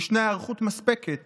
ישנה היערכות מספקת